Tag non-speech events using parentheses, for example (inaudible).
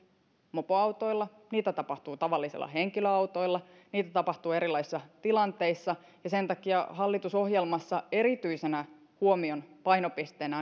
mopoautoilla niitä tapahtuu tavallisilla henkilöautoilla niitä tapahtuu erilaisissa tilanteissa ja sen takia hallitusohjelmassa erityisenä huomion painopisteenä (unintelligible)